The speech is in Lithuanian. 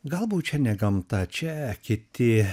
galbūt čia ne gamta čia kiti